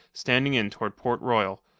standing in toward port royal,